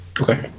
Okay